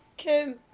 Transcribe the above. Kim